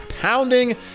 pounding